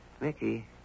Mickey